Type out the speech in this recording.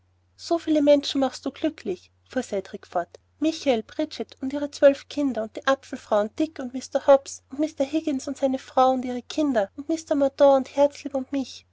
so viele menschen machst du glücklich fuhr cedrik fort michael bridget und ihre zwölf kinder und die apfelfrau und dick und mr hobbs und mr higgins und seine frau und ihre kinder und mr mordaunt und herzlieb und mich